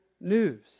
news